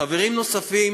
חברים נוספים